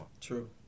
True